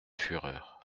fureur